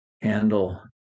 handle